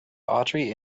autry